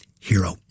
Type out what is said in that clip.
hero